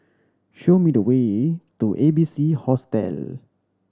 show me the way to A B C Hostel